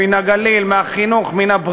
מן הגליל,